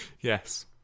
Yes